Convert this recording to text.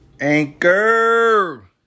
Anchor